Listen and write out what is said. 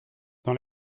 dans